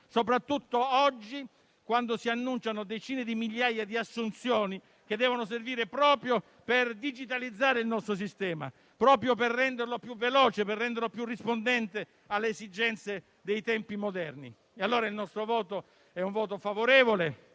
soprattutto oggi, quando si annunciano decine di migliaia di assunzioni che devono servire proprio per digitalizzare il nostro sistema e renderlo più veloce e rispondente alle esigenze dei tempi moderni. Esprimiamo quindi un voto favorevole